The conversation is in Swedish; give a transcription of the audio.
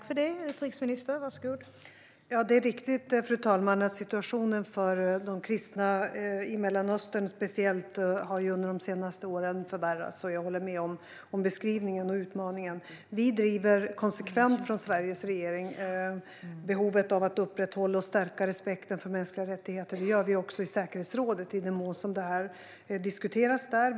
Fru talman! Det är riktigt att situationen för de kristna i Mellanöstern har förvärrats de senaste åren. Jag håller med Robert Hannah om beskrivningen och utmaningen. Sveriges regering påpekar konsekvent behovet av att upprätthålla och stärka respekten för mänskliga rättigheter. Det gör vi också i säkerhetsrådet i den mån det diskuteras där.